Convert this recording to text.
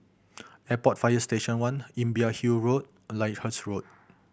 Airport Fire Station One Imbiah Hill Road and Lyndhurst Road